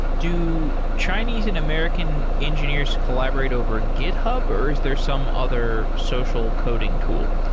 do chinese and american engineers collaborate over github or is there some other social coding tool?